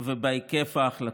ובהיקף ההחלטות.